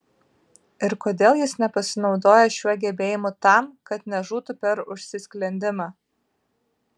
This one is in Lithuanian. ir kodėl jis nepasinaudoja šiuo gebėjimu tam kad nežūtų per užsisklendimą